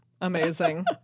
amazing